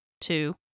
two